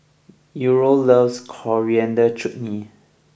Uriel loves Coriander Chutney